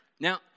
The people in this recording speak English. Now